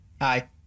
hi